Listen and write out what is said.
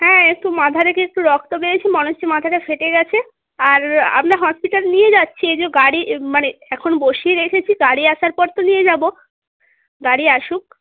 হ্যাঁ একটু মাথা থেকে একটু রক্ত বেরিয়েছে মনে হচ্ছে মাথাটা ফেটে গেছে আর আমরা হসপিটাল নিয়ে যাচ্ছি এই যে গাড়ি মানে এখন বসিয়ে রেখেছি গাড়ি আসার পর তো নিয়ে যাব গাড়ি আসুক